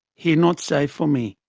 here not safe for me.